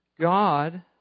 God